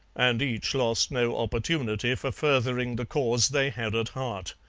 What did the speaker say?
and each lost no opportunity for furthering the cause they had at heart.